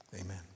Amen